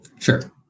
Sure